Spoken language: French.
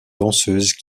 danseuses